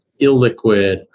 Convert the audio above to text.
illiquid